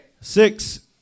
six